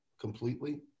completely